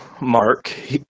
Mark